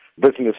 business